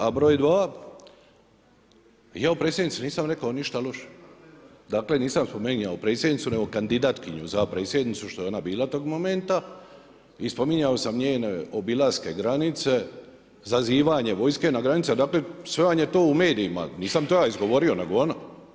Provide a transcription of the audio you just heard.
A broj dva, ja o Predsjednici nisam rekao ništa loše, dakle nisam spominjao Predsjednicu nego kandidatkinju za Predsjednicu što je ona bila tog momenta i spominjao sam njene obilaske granice, zazivanje vojske na granici, dakle, sve vam je to u medijima, nisam to ja izgovorio, nego ona.